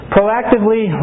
Proactively